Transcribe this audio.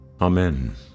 amen